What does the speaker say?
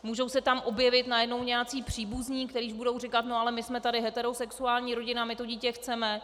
Můžou se tam objevit najednou nějací příbuzní, kteří budou říkat no jo, ale my jsem tady heterosexuální rodina, my to dítě chceme.